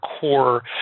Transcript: core